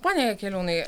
pone jakeliūnai